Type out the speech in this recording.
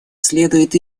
следует